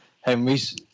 Henry's